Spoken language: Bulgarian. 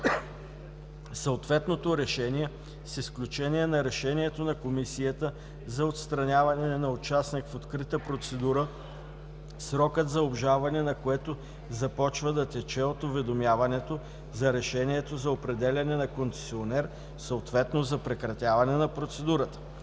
съответното решение с изключение на решението на комисията за отстраняване на участник в открита процедура, срокът за обжалване на което започва да тече от уведомяването за решението за определяне на концесионер, съответно за прекратяване на процедурата;